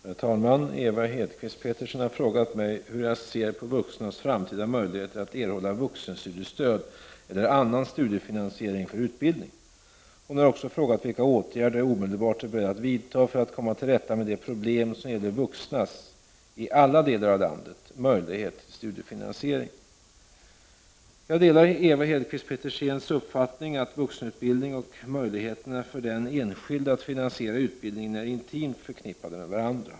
Herr talman! Ewa Hedkvist Petersen har frågat mig hur jag ser på vuxnas framtida möjligheter att erhålla vuxenstudiestöd eller annan studiefinansiering för utbildning. Hon har också frågat vilka åtgärder jag omedelbart är beredd att vidta för att komma till rätta med de problem som gäller vuxnas, ialla delar av landet, möjlighet till studiefinansiering. Jag delar Ewa Hedkvist Petersens uppfattning att vuxenutbildning och möjligheterna för den enskilde att finansiera utbildningen är intimt förknippade med varandra.